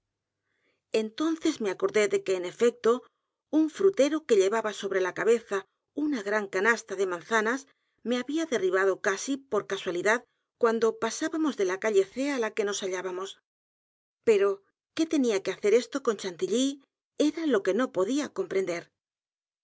entonces me acordé de que en efecto un frutero que llevaba sobre la cabeza una gran canasta de manzanas me había derribado casi por casualidad cuando pasábamos de la calle c a l a en que nos hallábamos pero qué tenía que hacer esto con chantilly era lo que no podía comprender